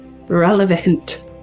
relevant